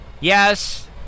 Yes